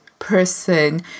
person